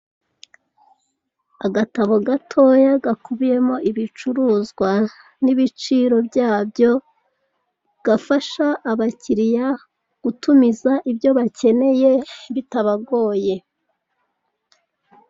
Agatabo gatoya gakubiyemo ibicuruzwa nibiciro byabyo gafasha abakiriya gutumiza ibyo bakeneye bitabagoye.